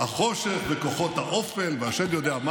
ההפיכה הגיעה.